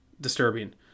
disturbing